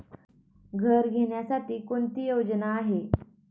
घर घेण्यासाठी कोणती योजना आहे?